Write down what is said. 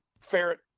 ferret